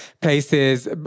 places